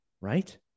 Right